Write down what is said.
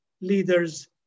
leaders